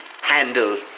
handle